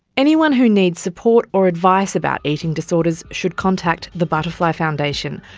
anyone who needs support or advice about eating disorders should contact the butterfly foundation.